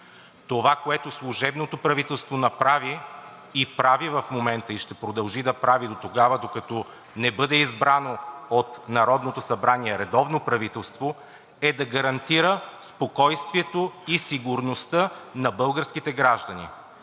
Това, което служебното правителство направи, прави в момента и ще продължи да прави дотогава, докато не бъде избрано от Народното събрание редовно правителство, е да гарантира спокойствието и сигурността на българските граждани.